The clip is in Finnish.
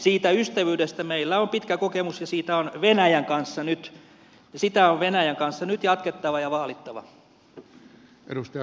siitä ystävyydestä meillä on pitkä kokemus ja siitä on venäjän kanssa nyt sitä on venäjän kanssa nyt jatkettava ja vaalittava